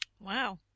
Wow